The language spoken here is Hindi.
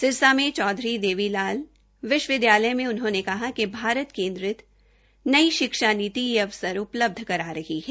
सिरसा में चौधरी देवी लाल विश्वविदयालय में उन्होंने कहा कि भारत केन्द्रित नई शिक्षा नीति यह अवसर उपलब्ध कर रही है